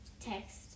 text